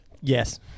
yes